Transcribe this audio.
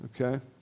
okay